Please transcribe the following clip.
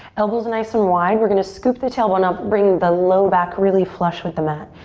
elbows nice and wide. we're gonna scoop the tailbone up. bring the low back really flush with the mat.